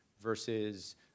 versus